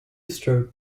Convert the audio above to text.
stroke